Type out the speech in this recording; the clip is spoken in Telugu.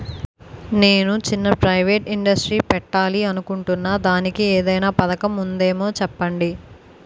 నేను చిన్న ప్రైవేట్ ఇండస్ట్రీ పెట్టాలి అనుకుంటున్నా దానికి ఏదైనా పథకం ఉందేమో చెప్పండి?